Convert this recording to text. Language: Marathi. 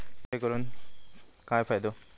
यू.पी.आय करून काय फायदो?